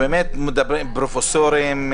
באמת מדברים פרופסורים,